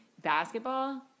basketball